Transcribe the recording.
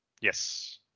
yes